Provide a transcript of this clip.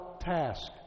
task